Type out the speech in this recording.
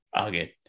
okay